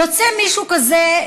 יוצא מישהו כזה,